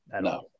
No